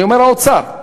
אני אומר: האוצר.